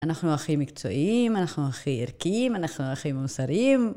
אנחנו הכי מקצועיים, אנחנו הכי ערכיים, אנחנו הכי מוסריים.